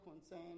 concern